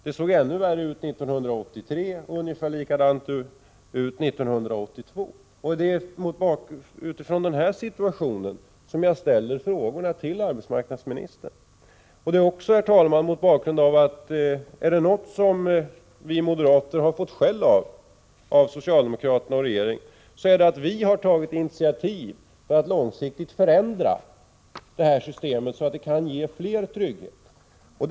Det såg ännu värre ut 1983 och ungefär likadant 1982. Det är utifrån denna situation som jag ställer frågorna till arbetsmarknadsministern. Är det något som vi moderater har fått skäll för av socialdemokraterna och regeringen är det att vi har tagit initiativ för att långsiktigt förändra arbetslöshetsförsäkringssystemet så att det kan ge trygghet åt fler människor.